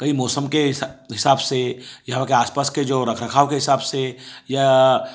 कहीं मौसम के हिसा हिसाब से या उनके आसपास के जो रखरखाव के हिसाब से या